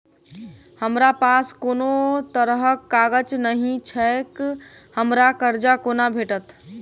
हमरा पास कोनो तरहक कागज नहि छैक हमरा कर्जा कोना भेटत?